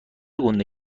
گنده